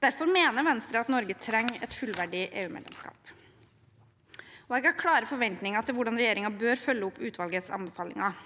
Derfor mener Venstre at Norge trenger et fullverdig EU-medlemskap. Jeg har klare forventninger til hvordan regjeringen bør følge opp utvalgets anbefalinger.